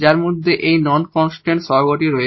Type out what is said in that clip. যার মধ্যে এই নন কনস্ট্যান্ট কোইফিসিয়েন্ট রয়েছে